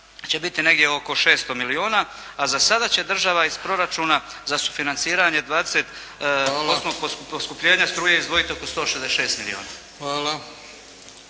će biti negdje oko 600 milijuna, a za sada će država iz proračuna za sufinanciranje 20%-tnog poskupljenja struje izdvojiti oko 166 milijuna.